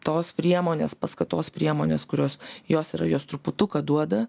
tos priemonės paskatos priemonės kurios jos yra jos truputuką duoda